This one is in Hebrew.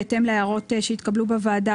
בהתאם להערות שהתקבלו בוועדה,